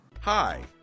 Hi